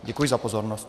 Děkuji za pozornost.